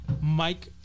Mike